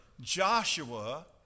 Joshua